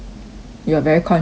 you are very contradicting